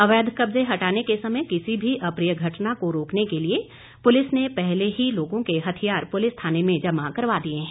अवैध कब्जे हटाने के समय किसी भी अप्रिय घटना को रोकने के लिए पुलिस ने पहले ही लोगों के हथियार पुलिस थाने में जमा करवा दिए हैं